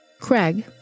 Craig